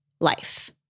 life